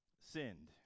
sinned